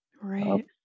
Right